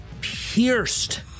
pierced